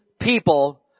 people